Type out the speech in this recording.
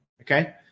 okay